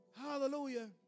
Hallelujah